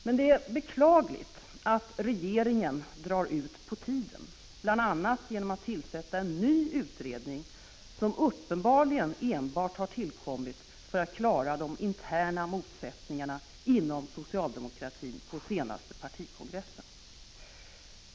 Men det är beklagligt att regeringen drar ut på tiden, bl.a. genom att tillsätta en ny utredning som uppenbarligen har tillkommit enbart för att klara de interna motsättningarna inom socialdemokratin på den senaste partikongressen.